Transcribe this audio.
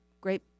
great